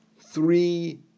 three